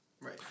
right